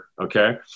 Okay